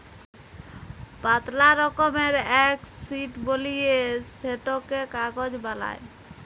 পাতলা রকমের এক শিট বলিয়ে সেটকে কাগজ বালাই